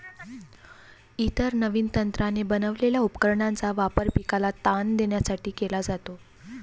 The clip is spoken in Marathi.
इतर नवीन तंत्राने बनवलेल्या उपकरणांचा वापर पिकाला ताण देण्यासाठी केला जातो